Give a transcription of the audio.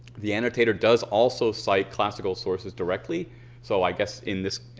the annotator does also cite classical sources directly so i guess in this,